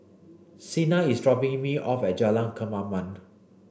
Cena is dropping me off at Jalan Kemaman